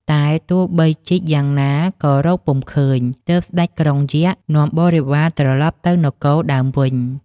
តែទោះបីជីកយ៉ាងណាក៏រកពុំឃើញ ទើបស្ដេចក្រុងយក្ខ នាំបរិវារត្រឡប់ទៅនគរដើមវិញ។